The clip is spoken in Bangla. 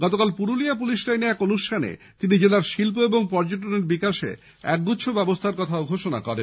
গতকাল পুরুলিয়ার পুলিশ লাইনে একটি অনুষ্ঠানে তিনি জেলার শিল্প ও পর্যটনের বিকাশে একগুচ্ছ ব্যবস্থার কথা ঘোষণা করেন